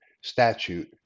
statute